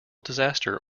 disaster